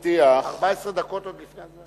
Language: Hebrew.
14 דקות ועוד לפני הזמן?